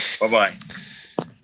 Bye-bye